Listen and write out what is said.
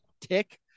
tick